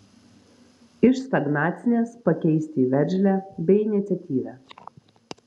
iš stagnacinės pakeisti į veržlią bei iniciatyvią